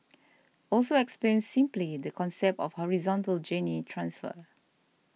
also explained simply the concept of horizontal gene transfer